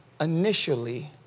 initially